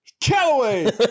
Callaway